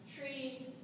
Tree